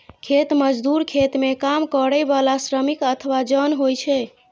खेत मजदूर खेत मे काम करै बला श्रमिक अथवा जन होइ छै